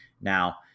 Now